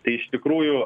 tai iš tikrųjų